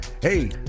hey